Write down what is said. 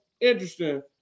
interesting